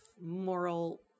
moral